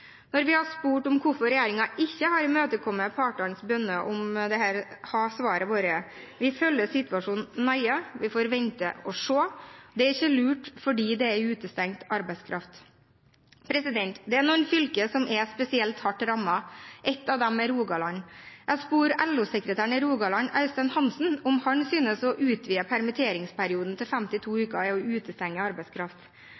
Når vi har spurt om hvorfor regjeringen ikke har imøtekommet partenes bønner om dette, har svaret vært: Vi følger situasjonen nøye. Vi får vente og se. Det er ikke lurt, fordi det er utestengt arbeidskraft. Det er noen fylker som er spesielt hardt rammet – ett av dem er Rogaland. Jeg spurte LO-sekretæren i Rogaland, Øystein Hansen, om han synes at å utvide permitteringsperioden til 52